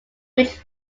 which